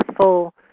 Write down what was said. full